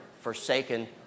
forsaken